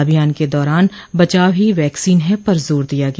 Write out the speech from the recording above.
अभियान के दौरान बचाव ही वैक्सीन है पर जोर दिया गया